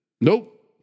Nope